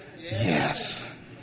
Yes